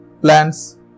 Plants